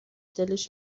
دلش